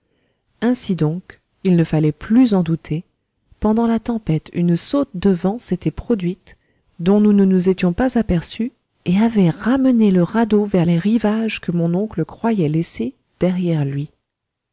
ainsi donc il ne fallait plus en douter pendant la tempête une saute de vent s'était produite dont nous ne nous étions pas aperçus et avait ramené le radeau vers les rivages que mon oncle croyait laisser derrière lui